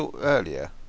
earlier